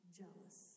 jealous